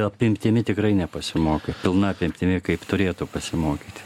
apimtimi tikrai nepasimokė pilna apimtimi kaip turėtų pasimokyti